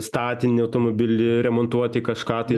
statinį automobilį remontuoti kažką tai